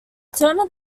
turner